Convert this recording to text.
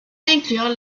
inclure